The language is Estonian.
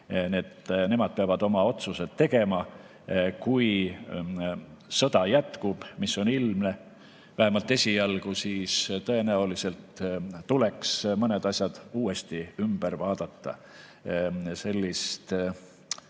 Nemad peavad ise oma otsuse tegema. Kui sõda jätkub, mis on ilmne vähemalt esialgu, siis tõenäoliselt tuleks mõned asjad uuesti üle vaadata. Sellist